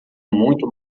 muito